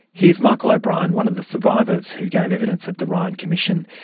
here's michael o'brien, one of the survivors who gave evidence at the ryan commission.